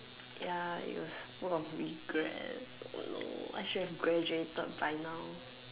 ya it was full of regret oh no I should have graduated by now